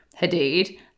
Hadid